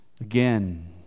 again